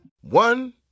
One